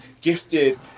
gifted